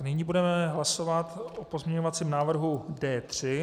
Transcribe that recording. Nyní budeme hlasovat o pozměňovacím návrhu D3.